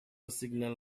signal